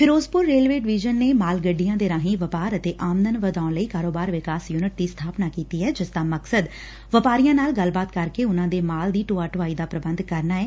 Firozpur railway division ਨੇ ਮਾਲ ਗੱਡੀਆਂ ਦੇ ਰਾਹੀ ਵਪਾਰ ਅਤੇ ਆਮਦਨ ਵਧਾਉਣ ਲਈ ਕਾਰੋਬਾਰ ਵਿਕਾਸ ਯੁਨਿਟ ਦੀ ਸਬਾਪਨਾ ਕੀਤੀ ਏ ਜਿਸ ਦਾ ਮਕਸਦ ਵਪਾਰੀਆਂ ਨਾਲ ਗੱਲਬਾਤ ਕਰਕੇ ਉਨ੍ਹਾਂ ਦੇ ਮਾਲ ਦੀ ਢੋਆ ਢੁਆਈ ਦਾ ਪ੍ਰੰਬਧ ਕਰਨਾ ਏ